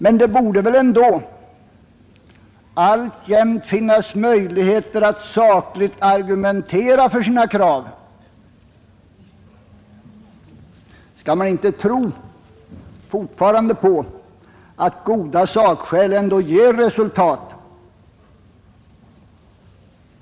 Men man borde väl ändå alltjämt ha möjligheter att sakligt argumentera för sina krav. Skall man inte fortfarande tro på att sakskäl ger resultat?